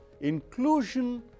inclusion